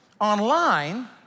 online